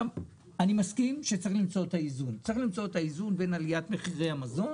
אני מסכים שצריך למצוא את האיזון בין עליית מחירי המזון